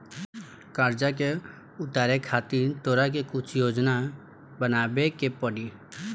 कर्जा के उतारे खातिर तोरा के कुछ योजना बनाबे के पड़ी